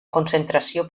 concentració